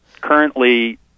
Currently